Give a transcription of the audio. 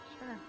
Sure